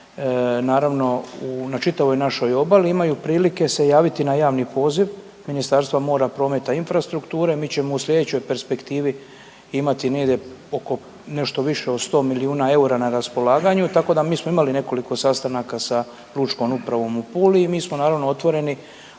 naravno na čitavoj našoj obali imaju prilike se javiti na javni poziv Ministarstva mora, prometa i infrastrukture. Mi ćemo u slijedećoj perspektivi imati negdje oko, nešto više od 100 milijuna eura na raspolaganju, tako da mi smo imali nekoliko sastanaka sa Lučkom upravom u Puli i mi smo naravno otvoreni